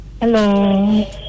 Hello